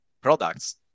products